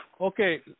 Okay